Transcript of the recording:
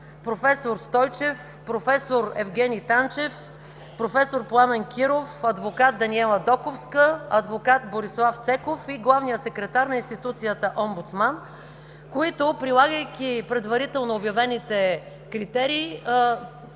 проф. Стойчев, проф. Евгени Танчев, проф. Пламен Киров, адвокат Даниела Доковска, адвокат Борислав Цеков и главния секретар на институцията Омбудсман, които прилагайки предварително обявените критерии,